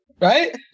Right